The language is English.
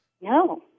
No